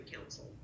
Council